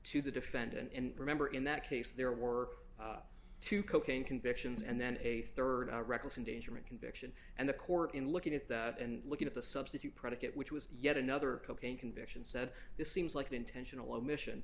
to the defendant and remember in that case there were two cocaine convictions and then a rd reckless endangerment conviction and the court in looking at that and looking at the substitute predicate which was yet another cocaine conviction said this seems like an intentional omission